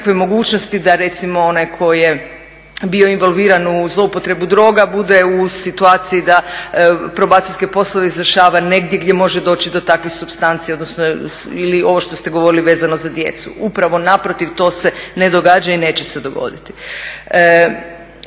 mogućnosti da recimo onaj tko je bio involviran u zloupotrebu droga bude u situaciji da probacijske poslove izvršava negdje gdje može doći do takvih supstanci, odnosno ili ovo što ste govorili vezano za djecu. Upravo naprotiv to se ne događa i neće se dogoditi.